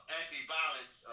anti-violence